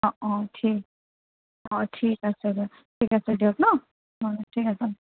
অঁ অঁ ঠিক অঁ ঠিক আছে অঁ ঠিক আছে দিয়ক ন' অঁ ঠিক আছে অঁ